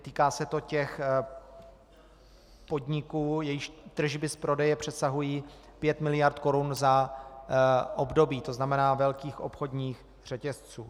Týká se to těch podniků, jejichž tržby z prodeje přesahují pět miliard korun za období, tzn. velkých obchodních řetězců.